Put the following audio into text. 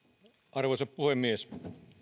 arvoisa puhemies